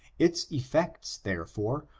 its effects, therefore,